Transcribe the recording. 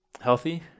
healthy